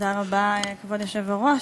כבוד היושב-ראש,